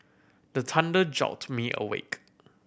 the thunder jolt me awake